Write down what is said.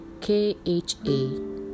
k-h-a